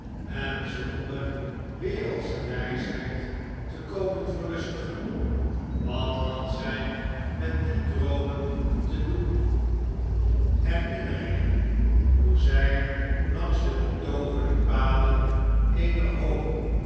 en zonder weveldsche wijsheid te komen verlustigen wat had zij met die droomen te doen herinneringen hoe zij langs de betooverde paden eener hoop